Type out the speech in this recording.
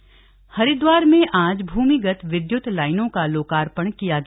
भूमिगत केबलिंग हरिद्वार में आज भूमिगत विद्य्त लाइनों का लोकार्पण किया गया